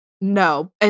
No